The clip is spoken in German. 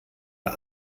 der